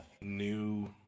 new